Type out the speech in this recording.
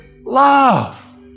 love